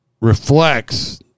reflects